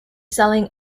selling